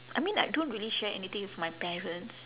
I mean I don't really share anything with my parents